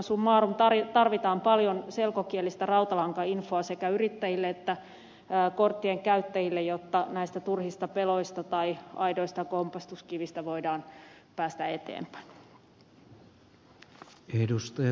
summa summarum tarvitaan paljon selkokielistä rautalankainfoa sekä yrittäjille että korttien käyttäjille jotta näistä turhista peloista tai aidoista kompastuskivistä voidaan päästä eteenpäin